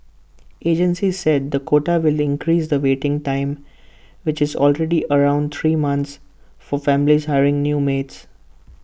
agencies said the quota will increase the waiting time which is already around three months for families hiring new maids